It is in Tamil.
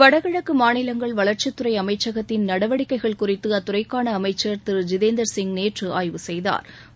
வடகிழக்கு மாநிலங்கள் வளா்ச்சித்துறை அமைச்சகத்தின் நடவடிக்கைகள் குறித்து அத்துறைக்கான அமைச்சா் திரு ஜிதேந்தா் சிங் நேற்று ஆய்வு செய்தாா்